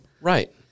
Right